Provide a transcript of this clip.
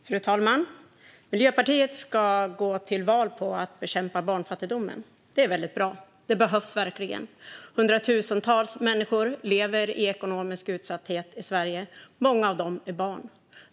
Fru talman! Miljöpartiet ska gå till val på att bekämpa barnfattigdomen. Det är väldigt bra. Det behövs verkligen. Hundratusentals människor i Sverige lever i ekonomisk utsatthet. Många av dem är barn.